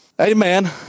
Amen